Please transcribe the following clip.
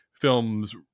film's